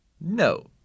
No